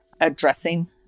addressing